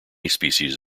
species